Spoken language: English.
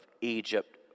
Egypt